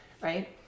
Right